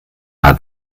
hat